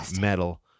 metal